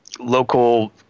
local